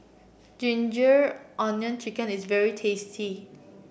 ginger onion chicken is very tasty